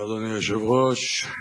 אדוני היושב-ראש,